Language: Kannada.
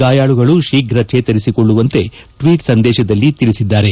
ಗಾಯಾಳುಗಳು ತೀಪು ಚೇತರಿಸಿಕೊಳ್ಲುವಂತೆ ಟ್ರೀಟ್ ಸಂದೇತದಲ್ಲಿ ತಿಳಿಸಿದ್ದಾರೆ